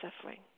suffering